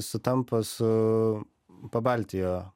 sutampa su pabaltijo